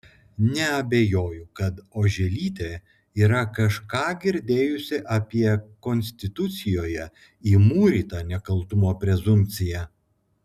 neabejoju kad oželytė yra kažką girdėjusi apie konstitucijoje įmūrytą nekaltumo prezumpciją